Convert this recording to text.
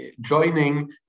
joining